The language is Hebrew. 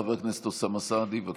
חבר הכנסת אוסאמה סעדי, בבקשה.